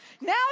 now